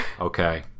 Okay